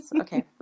okay